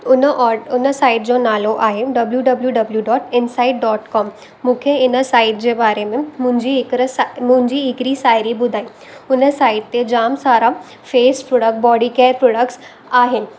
उन ऑड उन साइट जो नालो आहे W W W dot insight dot com मूंखे इन साइट जे बारे में मुंहिंजी हिकिड़े सा मुंहिंजी हिकिड़ी साहेड़ी ॿुधाई हुन साइट ते जाम सारा face products body care products आहिनि